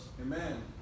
Amen